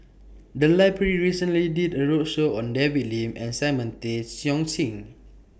The Library recently did A roadshow on David Lim and Simon Tay Seong Chee